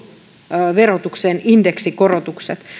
tuloverotukseen indeksikorotukset